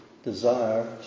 Desire